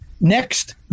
Next